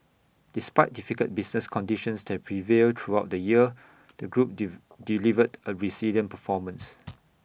despite difficult business conditions that prevailed throughout the year the group delivered A resilient performance